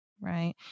right